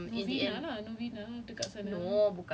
like what what what did he macam in the end